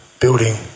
building